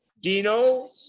Dino